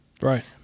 Right